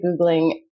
Googling